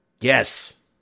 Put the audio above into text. Yes